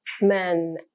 men